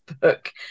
book